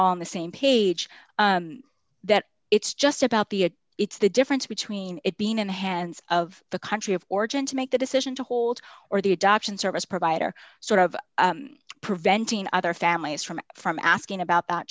on the same page that it's just about the it's the difference between it being in the hands of the country of origin to make the decision to hold or the adoption service provider sort of preventing other families from from asking about